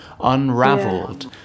unraveled